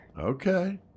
Okay